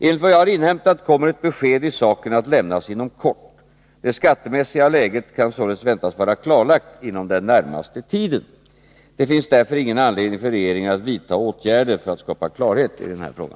Enligt vad jag har inhämtat kommer ett besked i saken att lämnas inom kort. Det skattemässiga läget kan således väntas vara klarlagt inom den närmaste tiden. Det finns därför ingen anledning för regeringen att vidta åtgärder för att skapa klarhet i denna fråga.